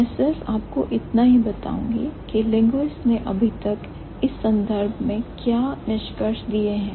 मैं सिर्फ आपको इतना ही बताऊंगी के लिंग्विस्टिक्स ने अभी तक इस संदर्भ में क्या निष्कर्ष दिए हैं